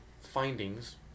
findings